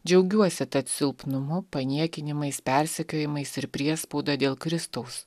džiaugiuosi tad silpnumu paniekinimais persekiojimais ir priespauda dėl kristaus